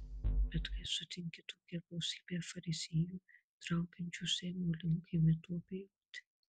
bet kai sutinki tokią gausybę fariziejų traukiančių seimo link imi tuo abejoti